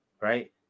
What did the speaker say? right